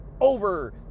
Over